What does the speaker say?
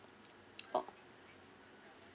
oh